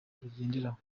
rugenderaho